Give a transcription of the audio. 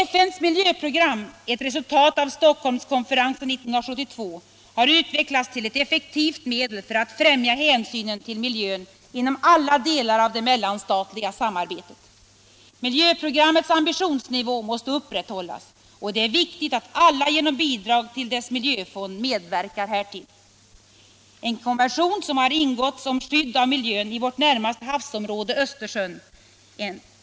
FN:s miljöprogram, ett resultat av Stockholmskonferensen 1972, har utvecklats till ett effektivt medel för att främja hänsynen till miljön inom alla delar av det mellanstatliga samarbetet. Miljöprogrammets ambitionsnivå måste upprätthållas, och det är viktigt att alla genom bidrag till dess miljöfond medverkar härtill. En konvention har ingåtts om skydd av miljön i vårt närmaste havsområde — Östersjön.